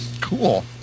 Cool